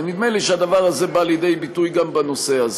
ונדמה לי שהדבר הזה בא לידי ביטוי גם בנושא הזה.